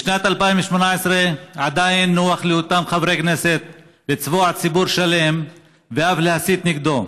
בשנת 2018 עדיין נוח לאותם חברי כנסת לצבוע ציבור שלם ואף להסית נגדו,